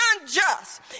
unjust